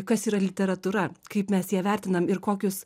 kas yra literatūra kaip mes ją vertinam ir kokius